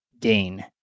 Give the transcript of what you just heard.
gain